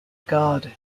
god